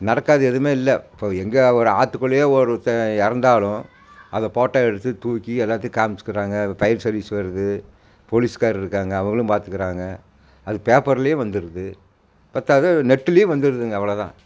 நடக்காதது எதுவுமே இல்லை இப்போது எங்கே ஒரு ஆற்றுக்குள்ளயே ஒருத்தேன் இறந்தாலும் அதை போட்டால் எடுத்து தூக்கி எல்லாத்தையும் காமிச்சுக்கிறாங்க ஃபயர் சர்வீஸ் வருது போலீஸ்காரர் இருக்காங்க அவங்களும் பார்த்துக்குறாங்க அது பேப்பர்லேயும் வந்துடுது பற்றாது நெட்டுலேயும் வந்துடுதுங்க அவ்வளோதான்